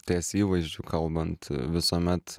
ties įvaizdžiu kalbant visuomet